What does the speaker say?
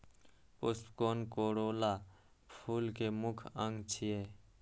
पुष्पकोष कोरोला फूल के मुख्य अंग छियै